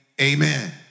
amen